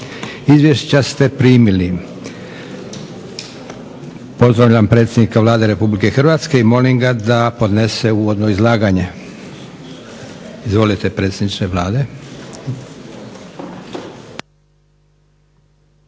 Izvješća ste primili. Pozdravljam predsjednika Vlade Republike Hrvatske i molim ga da podnese uvodno izlaganje. Izvolite predsjedniče Vlade.